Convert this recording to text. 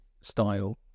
style